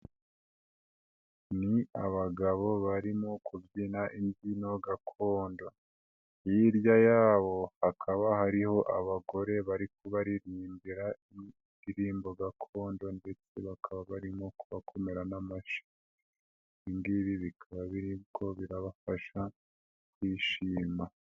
Ni abagabo barimo kubyina imbyino gakondo, hirya yabo hakaba hariho abagore bari kubaririmbira indirimbo gakondo ndetse bakaba barimo kubakomera n'amashyi, ibi ngibi bikaba biriko birabafasha kwishima.